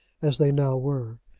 as they now were.